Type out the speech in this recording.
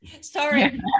sorry